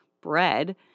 bread